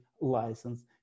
license